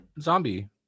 zombie